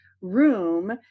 room